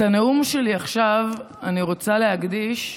את הנאום שלי עכשיו אני רוצה להקדיש למורים.